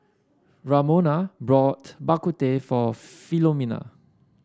Ramona bought Bak Kut Teh for Philomena